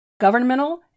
governmental